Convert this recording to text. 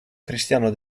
cristiano